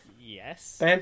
Yes